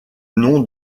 nom